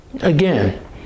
Again